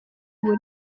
ubu